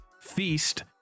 feast